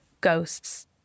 ghosts